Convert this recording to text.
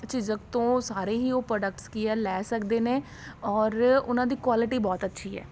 ਝਿਜਕ ਤੋਂ ਸਾਰੇ ਹੀ ਉਹ ਪਰੋਡਕਟਸ ਕੀ ਹੈ ਲੈ ਸਕਦੇ ਨੇ ਓਰ ਉਹਨਾਂ ਦੀ ਕੁਆਲਟੀ ਬਹੁਤ ਅੱਛੀ ਹੈ